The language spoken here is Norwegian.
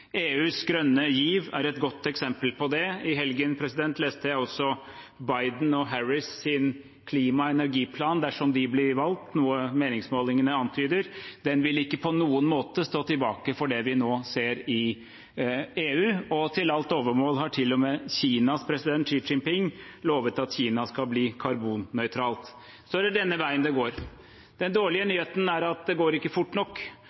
EUs grønne giv er et godt eksempel på det. I helgen leste jeg også klima- og energiplanen til Biden og Harris – dersom de blir valgt, noe meningsmålingene antyder. Den vil ikke på noen måte stå tilbake for det vi nå ser i EU. Og til alt overmål har til og med Kinas president, Xi Jinping, lovet at Kina skal bli karbonnøytralt. Det er denne veien det går. Den dårlige nyheten er at det ikke går fort nok,